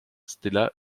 stella